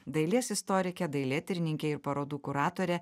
dailės istorike dailėtyrininke ir parodų kuratore